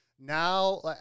Now